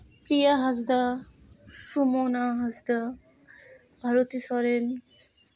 Piya Hansda Sumona Hansda Baroti Soren